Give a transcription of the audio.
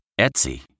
Etsy